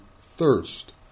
thirst